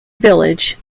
village